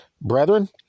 Brethren